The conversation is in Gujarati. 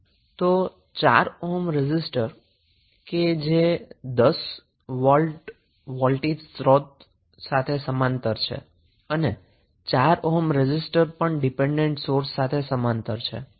હવે જો તમે આકૃતિ જોશો તો 4 ઓહ્મ રેઝિસ્ટર એ 10 વોલ્ટ વોલ્ટેજ સોર્સ સાથે સમાંતર છે અને 4 ohm resistor dependent current source સાથે પણ સમાંતર છે